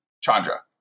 Chandra